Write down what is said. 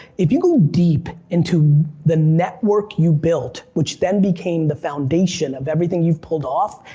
if you go deep into the network you built, which then became the foundation of everything you've pulled off,